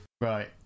Right